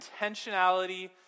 intentionality